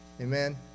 amen